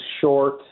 short